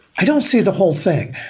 i don't see the whole thing,